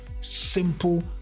simple